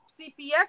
CPS